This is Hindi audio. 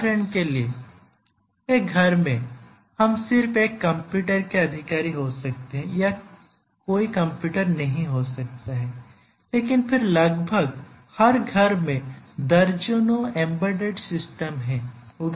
उदाहरण के लिए एक घर में हम सिर्फ एक कंप्यूटर के अधिकारी हो सकते हैं या कोई कंप्यूटर नहीं हो सकता है लेकिन फिर लगभग हर घर में दर्जनों एम्बेडेड सिस्टम हैं